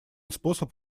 способ